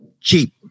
cheap